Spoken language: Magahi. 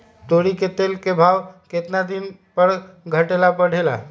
तोरी के तेल के भाव केतना दिन पर घटे ला बढ़े ला?